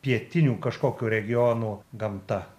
pietinių kažkokių regionų gamta